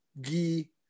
gi